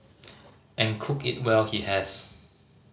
and cook it well he has